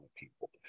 people